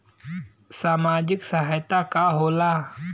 सामाजिक सहायता का होला?